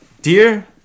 Dear